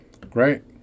Great